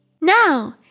Now